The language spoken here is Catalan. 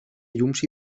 llums